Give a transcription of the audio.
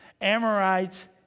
Amorites